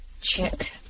check